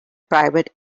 private